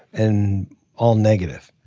and all negative.